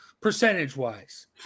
percentage-wise